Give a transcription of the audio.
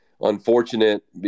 unfortunate